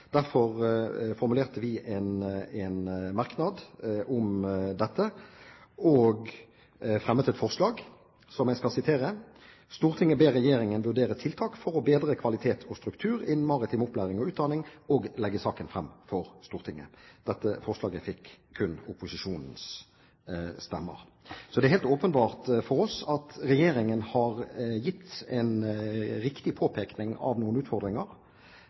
Derfor formulerte vi en merknad om dette og fremmet følgende forslag: «Stortinget ber regjeringen vurdere tiltak for bedre kvalitet og struktur innen maritim opplæring og utdanning, og legge saken frem for Stortinget.» Dette forslaget fikk kun opposisjonens stemmer. Det er helt åpenbart for oss at regjeringen har gitt en riktig påpekning av noen utfordringer,